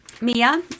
Mia